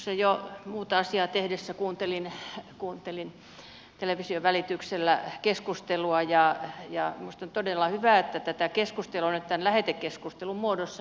tuossa jo muuta asiaa tehdessäni kuuntelin television välityksellä keskustelua ja minusta on todella hyvä että tätä keskustelua nyt tämän lähetekeskustelun muodossa käydään